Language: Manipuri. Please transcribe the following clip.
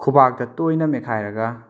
ꯈꯨꯕꯥꯛꯇ ꯇꯣꯏꯅ ꯃꯦꯠꯈꯥꯏꯔꯒ